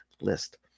list